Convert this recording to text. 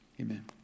amen